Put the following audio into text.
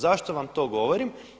Zašto vam to govorim?